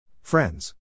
Friends